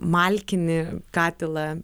malkinį katilą